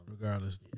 Regardless